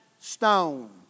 stone